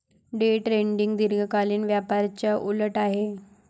day trading दीर्घकालीन व्यापाराच्या उलट आहे